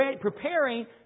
preparing